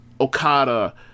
Okada